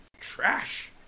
trash